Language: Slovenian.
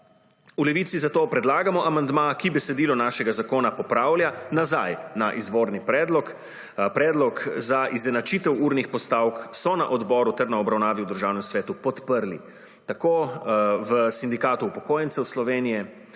V Levici zato predlagamo amandma, ki besedilo našega zakona popravlja nazaj na izvorni predlog. Predlog za izenačitev urnih postavk so na odboru ter na obravnavi v Državnem svetu podprli, tako v Sindikatu upokojencev Slovenije,